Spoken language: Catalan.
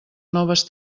noves